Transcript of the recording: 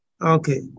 Okay